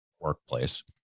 workplace